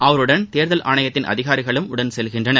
அவருடன் தேர்தல் ஆணையத்தின் அதிகாரிகளும் செல்கின்றனர்